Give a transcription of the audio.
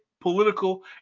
political